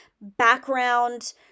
background